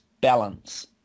balance